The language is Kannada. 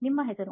ನಿಮ್ಮ ಹೆಸರು